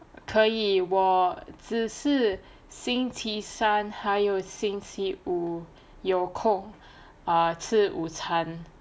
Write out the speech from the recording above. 可以我只是星期三还有星期五有空 uh 吃午餐